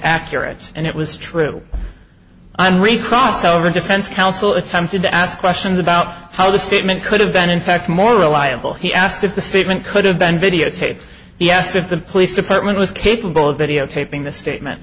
accurate and it was true i'm recross over defense counsel attempted to ask questions about how the statement could have been in fact more reliable he asked if the statement could have been videotaped yes if the police department was capable of videotaping the statement